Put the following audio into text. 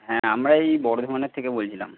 হ্যাঁ আমরা এই বর্ধমানের থেকে বলছিলাম